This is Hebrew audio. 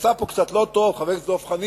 יצא פה קצת לא טוב, חבר הכנסת דב חנין,